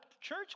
church